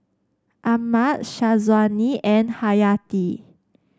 Ahmad Syazwani and Hayati